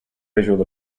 visual